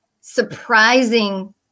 surprising